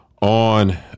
on